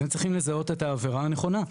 אז הם צריכים לזהות את העבירה הנכונה.